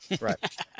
Right